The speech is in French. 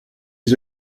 des